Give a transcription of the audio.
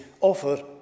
offer